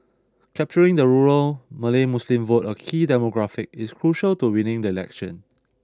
capturing the rural Malay Muslim vote a key demographic is crucial to winning the election